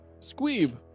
Squeeb